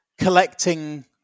collecting